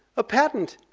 a patent,